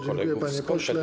Dziękuję, panie pośle.